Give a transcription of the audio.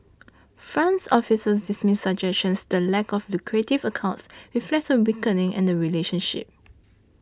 France officers dismiss suggestions the lack of lucrative accords reflects a weakening in the relationship